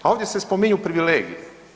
A ovdje se spominju privilegije.